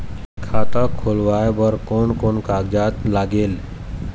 खाता खुलवाय बर कोन कोन कागजात लागेल?